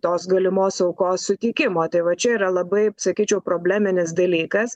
tos galimos aukos sutikimo tai va čia yra labai sakyčiau probleminis dalykas